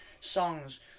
songs